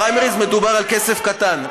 בפריימריז מדובר על כסף קטן.